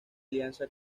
alianza